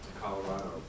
Colorado